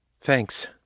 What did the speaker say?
Thanks